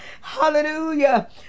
Hallelujah